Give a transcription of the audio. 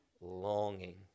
longing